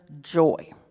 joy